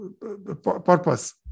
purpose